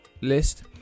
list